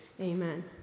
Amen